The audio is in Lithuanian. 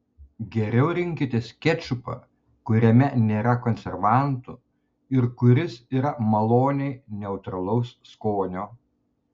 geriau rinkitės kečupą kuriame nėra konservantų ir kuris yra maloniai neutralaus skonio